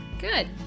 Good